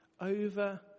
Over